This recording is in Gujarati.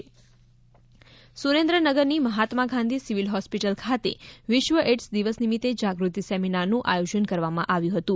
એઇડ્સ દિવસ સુરેન્દ્રનગરની મહાત્મા ગાંધી સિવિલ હોસ્પિટલ ખાતે વિશ્વ એડ્સ દિવસ નિમિત્ત જાગૃતિ સેમિનારનું આથોજન કરવામાં આવ્યું હતું